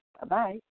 Bye-bye